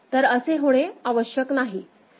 तर असे होणे आवश्यक नाही